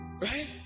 right